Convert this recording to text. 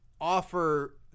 offer